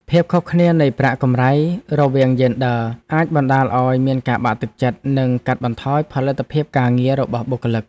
ភាពខុសគ្នានៃប្រាក់កម្រៃរវាងយេនឌ័រអាចបណ្តាលឱ្យមានការបាក់ទឹកចិត្ត និងកាត់បន្ថយផលិតភាពការងាររបស់បុគ្គលិក។